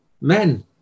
men